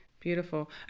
Beautiful